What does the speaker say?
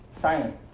silence